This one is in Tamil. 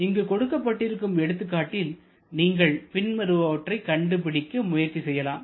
இங்கு கொடுக்கப்பட்டிருக்கும் எடுத்துக்காட்டில் நீங்கள் பின்வருபவற்றை கண்டுபிடிக்க முயற்சி செய்யலாம்